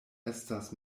estas